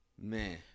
man